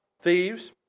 thieves